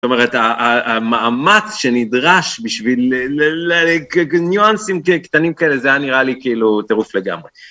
זאת אומרת, המאמץ שנדרש בשביל ניואנסים קטנים כאלה זה היה נראה לי כאילו טירוף לגמרי.